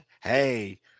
hey